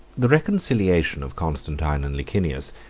the reconciliation of constantine and licinius,